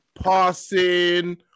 passing